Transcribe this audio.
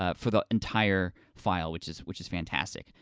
ah for the entire file, which is which is fantastic.